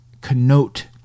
connote